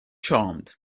charmed